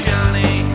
Johnny